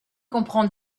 comprend